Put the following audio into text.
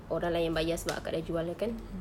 orang lain yang bayar sebab akak sudah jual sudah kan